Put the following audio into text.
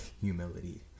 humility